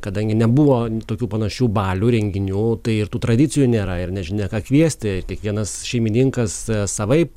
kadangi nebuvo tokių panašių balių renginių tai ir tų tradicijų nėra ir nežinia ką kviesti ir kiekvienas šeimininkas savaip